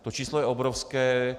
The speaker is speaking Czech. To číslo je obrovské.